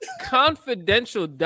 Confidential